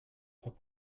trois